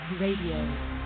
Radio